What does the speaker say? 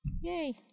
Yay